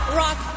rock